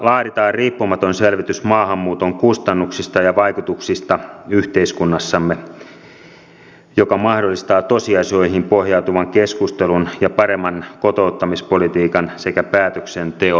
laaditaan riippumaton selvitys maahanmuuton kustannuksista ja vaikutuksista yhteiskunnassamme joka mahdollistaa tosiasioihin pohjautuvan keskustelun ja paremman kotouttamispolitiikan sekä päätöksenteon